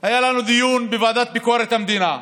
היה לנו דיון בוועדה לביקורת המדינה.